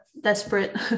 desperate